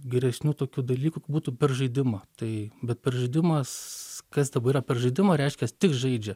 geresnių tokių dalykų būtų per žaidimą tai bet per žaidimas kas dabar yra per žaidimą reiškias tik žaidžia